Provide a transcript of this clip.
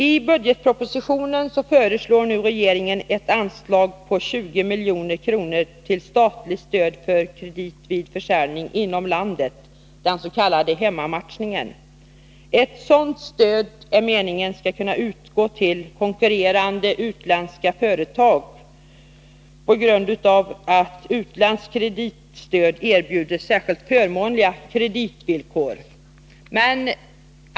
I budgetpropositionen föreslår nu regeringen ett anslag på 20 milj.kr. till statligt stöd för kredit vid försäljning inom landet, s.k. hemmamatchning. Sådant stöd kan utgå då konkurrerande utländska företag på grund av utländskt kreditstöd erbjuder särskilt förmånliga kreditvillkor.